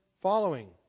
following